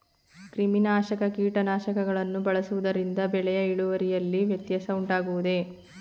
ಕ್ರಿಮಿನಾಶಕ ಕೀಟನಾಶಕಗಳನ್ನು ಬಳಸುವುದರಿಂದ ಬೆಳೆಯ ಇಳುವರಿಯಲ್ಲಿ ವ್ಯತ್ಯಾಸ ಉಂಟಾಗುವುದೇ?